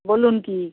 বলুন কি